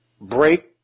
break